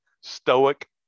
stoic